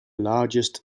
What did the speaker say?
largest